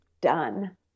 done